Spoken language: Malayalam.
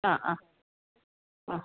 ആ ആ ആ